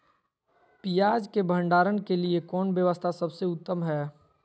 पियाज़ के भंडारण के लिए कौन व्यवस्था सबसे उत्तम है?